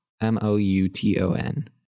M-O-U-T-O-N